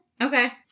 Okay